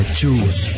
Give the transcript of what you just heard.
choose